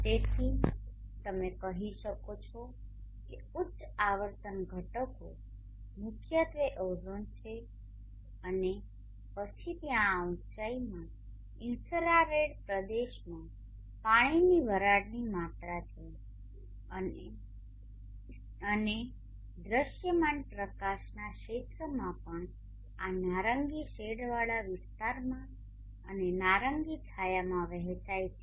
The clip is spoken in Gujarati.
તેથી તમે કહી શકો છો કે ઉચ્ચ આવર્તન ઘટકો મુખ્યત્વે ઓઝોન છે અને પછી ત્યાં આ ઉંચાઇમાં ઇન્ફ્રારેડ પ્રદેશમાં પાણીની વરાળની માત્રા છે અને દૃશ્યમાન પ્રકાશના ક્ષેત્રમાં પણ આ નારંગી શેડવાળા વિસ્તારમાં અને નારંગી છાયામાં વહેંચાય છે